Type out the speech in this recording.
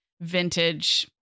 vintage